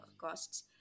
costs